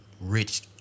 rich